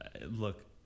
look